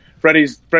Freddie's